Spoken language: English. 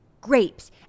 grapes